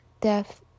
death